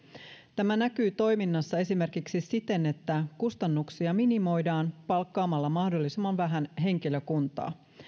tämä näkyy toiminnassa esimerkiksi siten että kustannuksia minimoidaan palkkaamalla mahdollisimman vähän henkilökuntaa